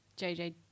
JJ